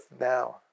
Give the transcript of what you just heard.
now